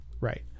right